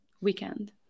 weekend